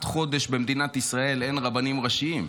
חודש אין במדינת ישראל רבנים ראשיים.